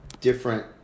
different